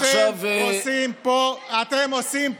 אתם עושים פה,